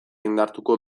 indartuko